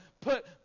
put